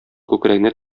күкрәгенә